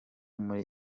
muri